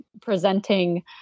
presenting